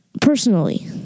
Personally